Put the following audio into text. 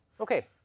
Okay